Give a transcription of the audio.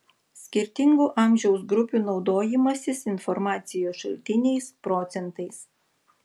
skirtingų amžiaus grupių naudojimasis informacijos šaltiniais procentais